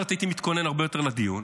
אחרת הייתי מתכונן הרבה יותר לדיון.